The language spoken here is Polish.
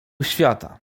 świata